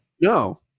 No